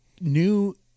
new